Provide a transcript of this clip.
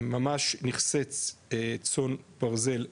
הם ממש נכסי צאן ברזל לדורות.